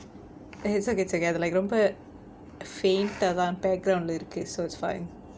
he's got a gather like ரொம்ப:romba faint ah தான்:thaan background lah இருக்கு:irukku so it's fine